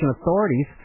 authorities